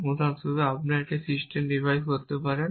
উদাহরণস্বরূপ আপনি এমন একটি সিস্টেম ডিভাইস করতে পারেন